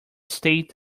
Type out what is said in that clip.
stayed